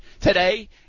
today